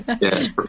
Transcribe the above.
yes